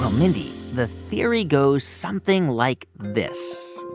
um mindy, the theory goes something like this.